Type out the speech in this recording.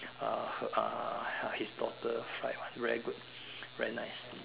uh her uh her his daughter fry one very good very nice